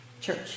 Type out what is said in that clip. church